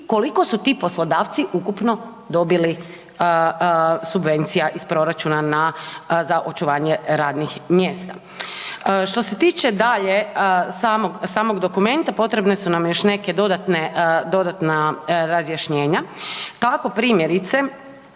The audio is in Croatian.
i koliko su ti poslodavci ukupno dobili subvencija iz proračuna na, za očuvanje radnih mjesta. Što se tiče dalje samog, samog dokumenta potrebne su nam još neke dodatne, dodatna razjašnjenja. Tako primjerice